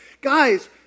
guys